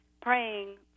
praying